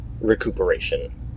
recuperation